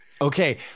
Okay